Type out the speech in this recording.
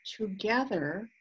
together